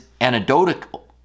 anecdotal